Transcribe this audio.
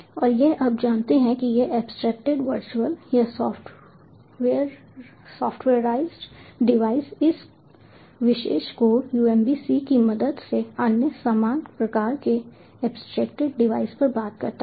और यह आप जानते हैं कि यह एब्स्ट्रैक्टेड वर्चुअल या सॉफ्टवेराइज्ड डिवाइस इस विशेष कोर UMB C की मदद से अन्य समान प्रकार के एब्स्ट्रैक्टेड डिवाइस पर बात करता है